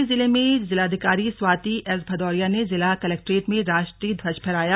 चमोली जिले में जिलाधिकारी स्वाति एस भदौरिया ने जिला कलक्ट्रेट में राष्ट्रीय ध्वज फहराया